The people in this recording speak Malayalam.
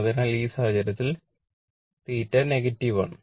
അതിനാൽ ആ സാഹചര്യത്തിൽ θ നെഗറ്റീവ് ആണ്